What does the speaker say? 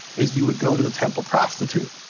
is you would go to the temple prostitute,